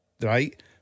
Right